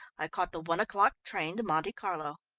i caught the one o'clock train to monte carlo.